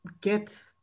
get